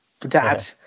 dad